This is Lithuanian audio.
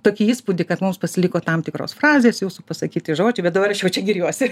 tokį įspūdį kad mums pasiliko tam tikros frazės jūsų pasakyti žodžiai bet dabar aš jau čia giriuosi